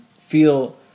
feel